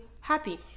happy